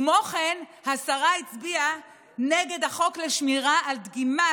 כמו כן, השרה הצביעה נגד החוק לשמירה על דגימה